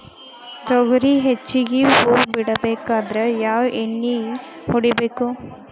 ತೊಗರಿ ಹೆಚ್ಚಿಗಿ ಹೂವ ಬಿಡಬೇಕಾದ್ರ ಯಾವ ಎಣ್ಣಿ ಹೊಡಿಬೇಕು?